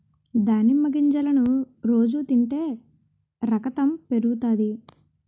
దానిమ్మ గింజలను రోజు తింటే రకతం పెరుగుతాది